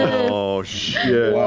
oh, shit.